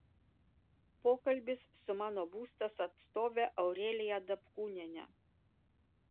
pokalbis su mano būstas atstove aurelija dapkūniene